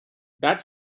that